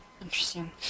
Interesting